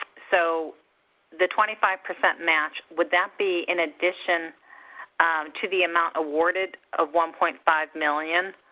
so the twenty five percent match, would that be in addition to the amount awarded of one point five million